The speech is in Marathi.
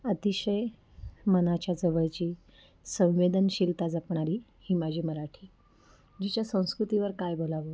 अतिशय मनाच्या जवळची संवेदनशीलता जपणारी ही माझी मराठी जिच्या संस्कृतीवर काय बोलावं